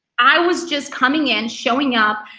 i was just coming in, showing up.